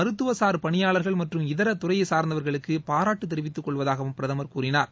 மருத்துவ சுர் பணியாளர்கள் மற்றும் இதர துறையை சுர்ந்தவர்களுக்கு பாராட்டு தெரிவித்துக்கொள்வதாகவும் பிரதமர் கூறினார்